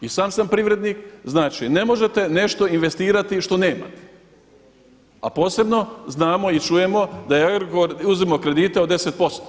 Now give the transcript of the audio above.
I sam sam privrednik, znači ne možete nešto investirati što nemate, a posebno znamo i čujemo da je Agrokor uzimao kredite od 10%